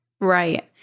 Right